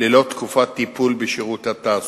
וללא תקופת טיפול בשירות התעסוקה,